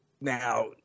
Now